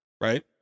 Right